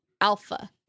alpha